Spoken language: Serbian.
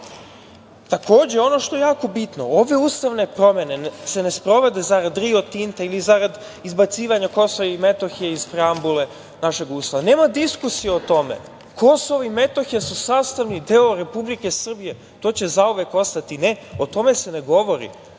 žita. Takođe, ono što je jako bitno, ove ustavne promene se ne sprovode zarad „Rio Tinta“ ili zarad izbacivanja KiM iz preambule našeg Ustava. Nema diskusije o tome, KiM su sastavni deo Republike Srbije. To će zauvek ostati, o tome se ne govori. Ne